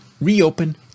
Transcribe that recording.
reopen